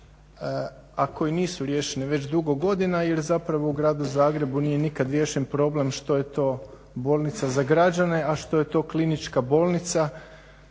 a koji nisu riješeni već dugo godina jer zapravo u gradu Zagrebu nije nikad riješen problem što je to bolnica za građane, a što je to klinička bolnica